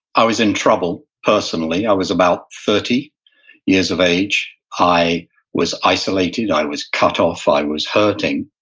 i was in trouble, personally. i was about thirty years of age. i was isolated. i was cut off. i was hurting.